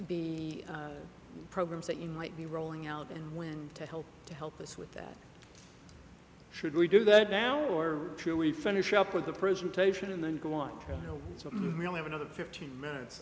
e programs that you might be rolling out and when to help to help us with that should we do that now or truly finish up with the presentation and then go on with we'll have another fifteen minutes